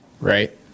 Right